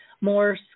more